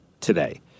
today